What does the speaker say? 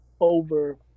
over